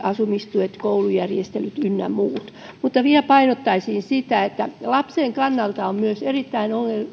asumistuet koulujärjestelyt ynnä muut mutta vielä painottaisin sitä että lapsen kannalta on myös erittäin